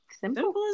Simple